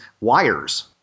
wires